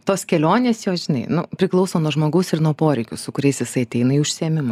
tos kelionės jos žinai nu priklauso nuo žmogaus ir nuo poreikių su kuriais jisai ateina į užsiėmimą